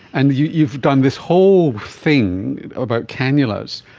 and you've you've done this whole thing about cannulas.